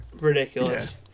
ridiculous